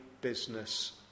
business